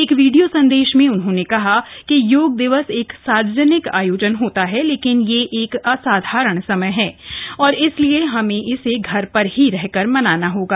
एक वीडियो संदेश में उन्होंने कहा कि योग दिवस एक सार्वजनिक आयोजन होता है लेकिन यह असाधारण समय है और इसलिए हमें इसे घर पर रहकर ही मनाना होगा